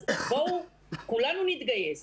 אז בואו כולנו נתגייס